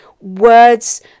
words